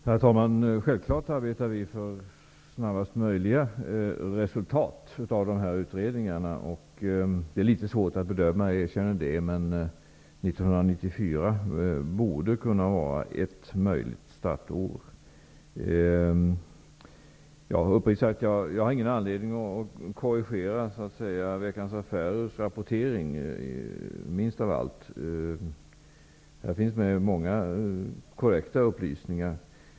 Herr talman! Självfallet arbetar vi för att utredningarna skall ge resultat så snabbt som möjligt. Jag erkänner att det är litet svårt att bedöma när utredningarna kan vara färdiga, men 1994 borde kunna vara ett möjligt startår. Jag har uppriktigt sagt alls ingen anledning att korrigera Veckans Affärers rapportering. Det finns i artikeln många korrekta upplysningar.